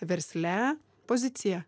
versle pozicija